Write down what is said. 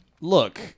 Look